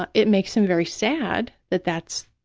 but it makes him very sad that that's